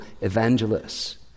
evangelists